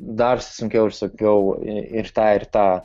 dar sunkiau ir sunkiau ir tą ir tą